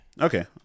Okay